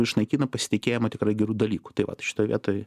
išnaikino pasitikėjimą tikrai gerų dalykų tai vat šitoj vietoj